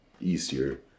easier